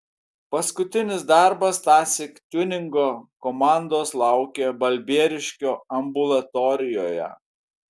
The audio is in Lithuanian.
paskutinis darbas tąsyk tiuningo komandos laukė balbieriškio ambulatorijoje